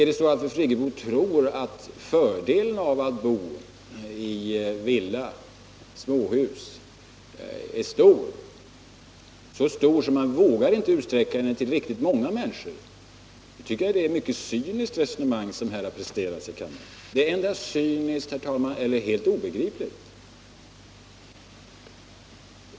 Är det så att fru Friggebo tror att fördelarna med att bo i villa eller småhus är stora —t.o.m. så stora att man inte vågar utsträcka dem till riktigt många människor? I så fall tycker jag det är ett mycket cyniskt resonemang som har presterats här i kammaren. Det är antingen cyniskt, herr talman, eller helt obegripligt.